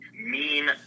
mean-